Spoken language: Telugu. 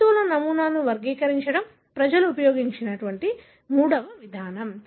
జంతువుల నమూనాలను వర్గీకరించడం ప్రజలు ఉపయోగించిన మూడవ విధానం